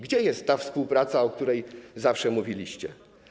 Gdzie jest ta współpraca, o której zawsze mówiliście?